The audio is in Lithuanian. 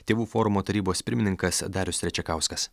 tėvų forumo tarybos pirmininkas darius trečiakauskas